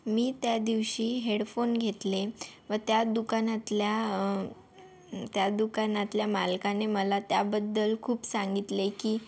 मी त्या दिवशी हेडफोन घेतले व त्या दुकानातल्या त्या दुकानातल्या मालकाने मला त्याबद्दल खूप सांगितले की